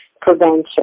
prevention